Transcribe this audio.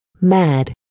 Mad